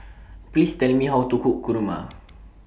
Please Tell Me How to Cook Kurma